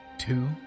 Two